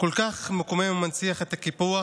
כל כך מקומם ומנציח את הקיפוח,